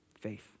Faith